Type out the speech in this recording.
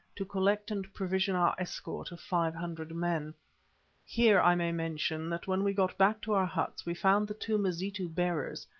to collect and provision our escort of five hundred men here, i may mention, that when we got back to our huts we found the two mazitu bearers,